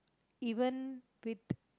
even with